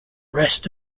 rest